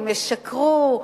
הם ישקרו,